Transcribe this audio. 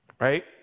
right